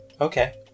Okay